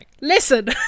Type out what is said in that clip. Listen